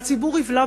והציבור יבלע,